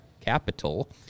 capital